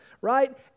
right